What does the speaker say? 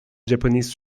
japanese